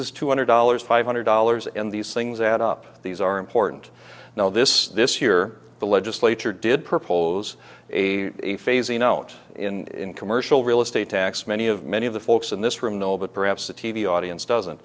is two hundred dollars five hundred dollars and these things add up these are important now this this year the legislature did propose a a phasing out in commercial real estate tax many of many of the folks in this room know but perhaps the t v audience doesn't